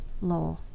law